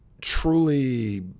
truly